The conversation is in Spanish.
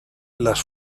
las